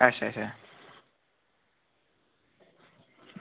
अच्छा अच्छा